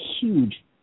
huge